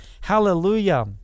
Hallelujah